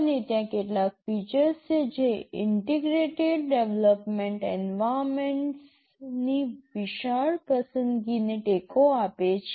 અને ત્યાં કેટલાક ફીચર્સ છે જે ઇન્ટેગ્રેટેડ ડેવલપમેન્ટ એન્વાયરમેન્ટસ ની વિશાળ પસંદગીને ટેકો આપે છે